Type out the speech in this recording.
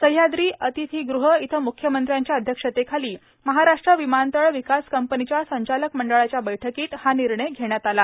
सह्याद्री अतिथीगृह इथं मुख्यमंत्र्यांच्या अध्यक्षतेखाली महाराष्ट्र विमानतळ विकास कंपनीच्या संचालक मंडळाच्या बैठकीत हा निर्णय घेण्यात आला